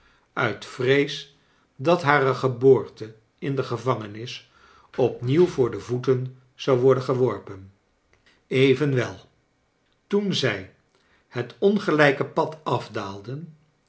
uit vrees dat haar hare geboorte in de gevangenis opnieuw voor de voeten zou worden geworpen evenwel toen zij het ongelijke pad afdaalden